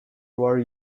were